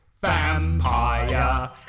Vampire